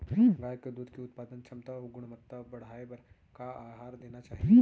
गाय के दूध के उत्पादन क्षमता अऊ गुणवत्ता बढ़ाये बर का आहार देना चाही?